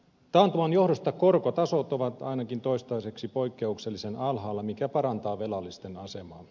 taantuman johdosta korkotasot ovat ainakin toistaiseksi poikkeuksellisen alhaalla mikä parantaa velallisten asemaa